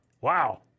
Wow